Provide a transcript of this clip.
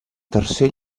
tercer